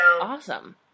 Awesome